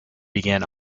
began